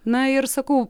na ir sakau